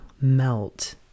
Melt